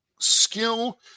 skill